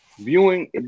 Viewing